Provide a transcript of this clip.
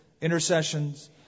intercessions